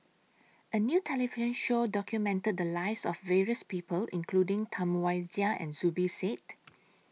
A New television Show documented The Lives of various People including Tam Wai Jia and Zubir Said